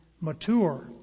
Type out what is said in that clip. mature